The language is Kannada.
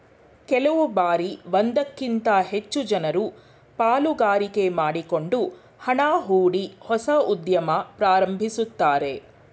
ಕೆಲವು ಬಾರಿ ಒಂದಕ್ಕಿಂತ ಹೆಚ್ಚು ಜನರು ಪಾಲುಗಾರಿಕೆ ಮಾಡಿಕೊಂಡು ಹಣ ಹೂಡಿ ಹೊಸ ಉದ್ಯಮ ಪ್ರಾರಂಭಿಸುತ್ತಾರೆ